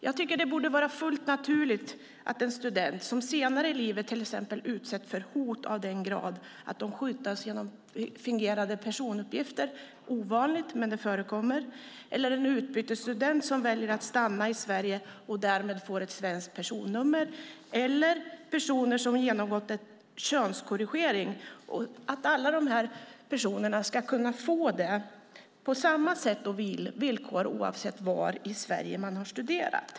Jag tycker att det borde vara fullt naturligt att en student som senare i livet till exempel utsätts för hot av den grad att de skyddas genom fingerade personuppgifter - det är ovanligt, men det förekommer - eller en utbytesstudent som väljer att stanna i Sverige och därmed får ett svenskt personnummer, eller personer som genomgått en könskorrigering ska kunna få det på samma sätt och villkor oavsett var i Sverige man har studerat.